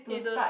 feel those